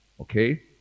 okay